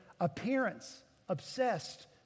appearance-obsessed